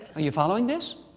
are you following this?